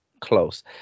close